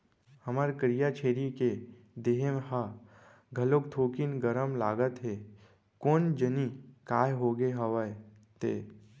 हमर करिया छेरी के देहे ह घलोक थोकिन गरम लागत हे कोन जनी काय होगे हवय ते?